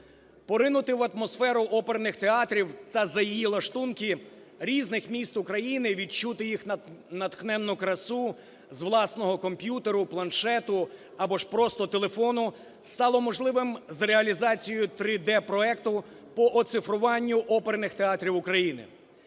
Поринути в атмосферу оперних театрів та за її лаштунки різних міст України, відчути їх натхненну красу з власного комп'ютеру, планшету або ж просто телефону стало можливим з реалізацією 3D-проектупооцифруванню оперних театрів України.